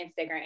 Instagram